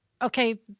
okay